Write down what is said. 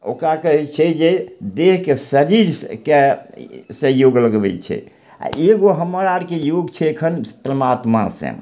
ओकरा कहय छै जे देहके शरीरसँ के से योग लगबै छै आओर एगो हमर आरके योग छै एखन परमात्मासँ